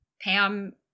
Pam